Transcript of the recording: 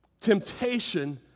Temptation